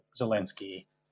Zelensky